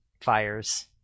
fires